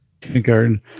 Kindergarten